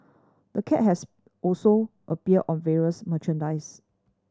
the cat has also appeared on various merchandise